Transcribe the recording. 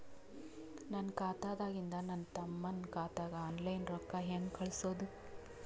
ನನ್ನ ಖಾತಾದಾಗಿಂದ ನನ್ನ ತಮ್ಮನ ಖಾತಾಗ ಆನ್ಲೈನ್ ರೊಕ್ಕ ಹೇಂಗ ಕಳಸೋದು?